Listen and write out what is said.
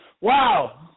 Wow